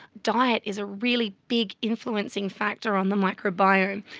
diet is a really big influencing factor on the microbiome.